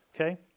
Okay